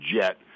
jet